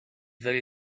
very